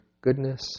goodness